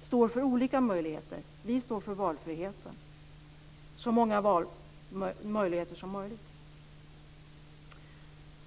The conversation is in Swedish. Vi står för olika möjligheter, vi står för valfriheten: så många valmöjligheter som möjligt.